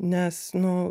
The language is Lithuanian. nes nu